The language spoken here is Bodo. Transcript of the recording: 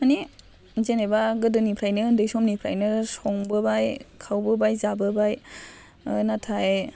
माने जेनेबा गोदोनिफ्रायनो उन्दै समनिफ्रायनो संबोबाय खावबोबाय जाबोबाय नाथाय